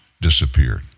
disappeared